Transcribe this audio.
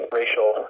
racial